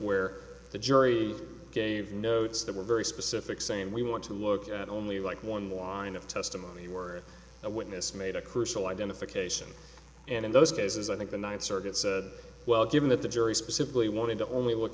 where the jury gave notes that were very specific saying we want to look at only like one line of testimony where the witness made a crucial identification and in those cases i think the ninth circuit said well given that the jury specifically wanted to only look